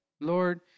Lord